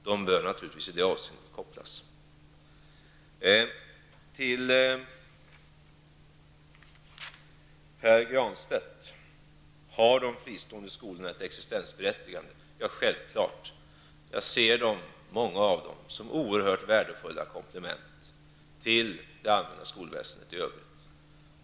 Detta bör naturligtvis kopplas ihop i det avseendet. Pär Granstedts fråga gällde om de fristående skolorna har ett existensberättigande. Det är självklart. Jag ser många av dem som oerhört värdefulla komplement till det allmänna skolväsendet i övrigt.